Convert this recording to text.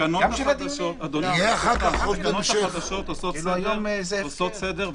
התקנות החדשות עושות סדר.